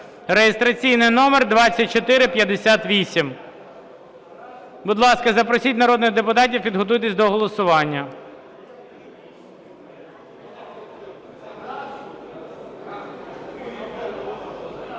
(реєстраційний номер 2458). Будь ласка, запросіть народних депутатів, підготуйтесь до голосування.